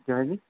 ਕਿਵੇਂ ਜੀ